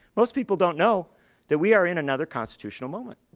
most people don't know that we are in another constitutional moment.